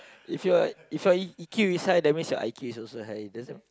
if your if your E_Q is high that means your I_Q is also high does that